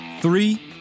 Three